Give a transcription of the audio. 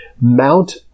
mount